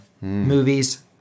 movies